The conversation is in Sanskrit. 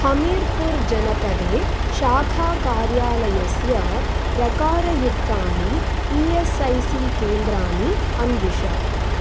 हमीरपुर् जनपदे शाखाकार्यालयस्य प्रकारयुक्तानि ई एस् ऐ सी केन्द्राणि अन्विष